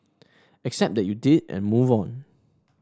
accept that you did and move on